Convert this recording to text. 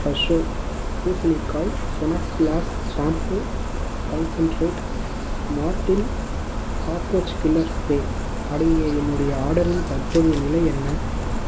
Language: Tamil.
ஃப்ரெஷோ பூசணிக்காய் Sonax glass shampoo concentrate Mortein cockroach killer spray அடங்கிய என்னுடைய ஆர்டரின் தற்போதைய நிலை என்ன